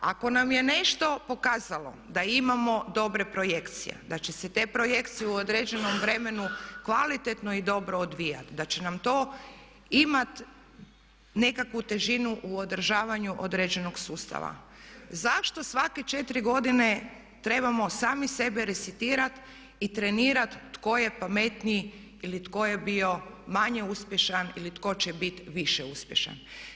Ako nam je nešto pokazalo da imamo dobre projekcije, da će se te projekcije u određenom vremenu kvalitetno i dobro odvijati, da će nam to imati nekakvu težinu u održavanju određenog sustava zašto svake 4 godine trebamo sami sebe resetirati i trenirati tko je pametniji ili tko je bio manje uspješan ili tko će biti više uspješan?